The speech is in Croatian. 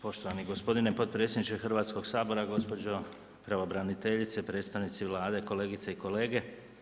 Poštovani gospodine potpredsjedniče Hrvatskog sabora, gospođo pravobraniteljice, predstavnici Vlade, kolegice i kolege.